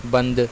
बंदि